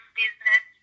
business